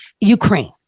Ukraine